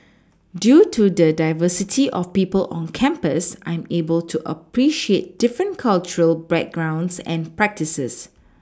due to the diversity of people on campus I am able to appreciate different cultural backgrounds and practices